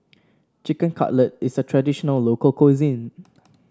Chicken Cutlet is a traditional local cuisine